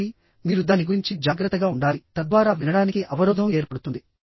కాబట్టి మీరు దాని గురించి జాగ్రత్తగా ఉండాలి తద్వారా వినడానికి అవరోధం ఏర్పడుతుంది